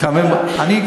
אז תישאר שם.